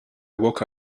woke